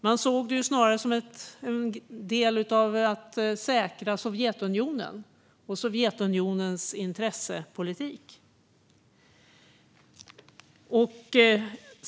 Man såg OSSE snarare som en del i att säkra Sovjetunionen och dess intressepolitik.